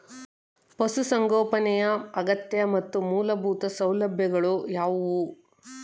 ಪಶುಸಂಗೋಪನೆಯ ಅಗತ್ಯ ಮತ್ತು ಮೂಲಭೂತ ಸೌಲಭ್ಯಗಳು ಯಾವುವು?